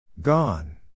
gone